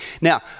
Now